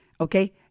okay